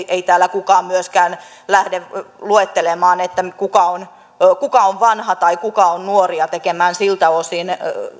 ei täällä kukaan muukaan lähde luettelemaan kuka on kuka on vanha tai kuka on nuori ja tekemään siltä osin